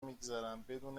میگذرن، بدون